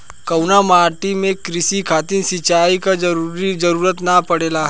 कउना माटी में क़ृषि खातिर सिंचाई क जरूरत ना पड़ेला?